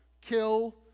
kill